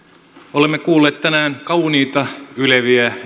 olemme kuulleet tänään kauniita yleviä